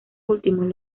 últimos